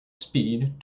speed